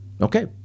Okay